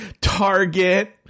target